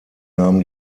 nahm